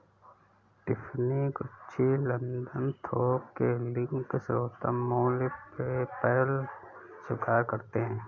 Tiffany, Gucci, London थोक के link, सर्वोत्तम मूल्य, पेपैल स्वीकार करते है